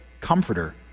comforter